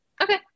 Okay